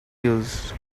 used